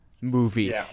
movie